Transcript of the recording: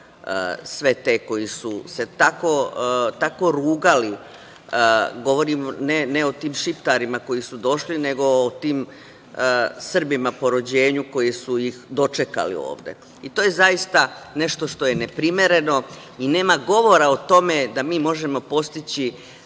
sve te koji su se tako rugali, ne govorim o tim Šiptarima koji su došli, nego o tim Srbima po rođenju koji su ih dočekali ovde. To je zaista nešto što je neprimereno i nema govora o tome da mi možemo postići